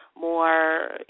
More